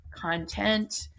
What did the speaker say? content